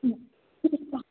हूँ